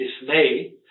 dismay